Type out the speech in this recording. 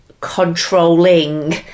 controlling